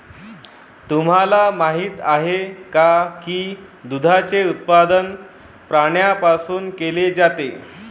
तुम्हाला माहित आहे का की दुधाचे उत्पादन प्राण्यांपासून केले जाते?